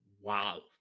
Wow